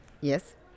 yes